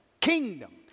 kingdom